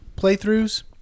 playthroughs